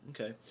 Okay